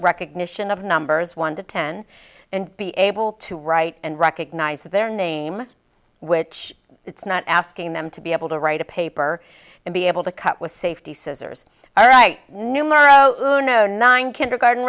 recognition of numbers one to ten and be able to write and recognize their name which it's not asking them to be able to write a paper and be able to cut with safety scissors all right numero uno nine kindergarten